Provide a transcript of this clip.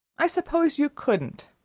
i suppose you couldn't.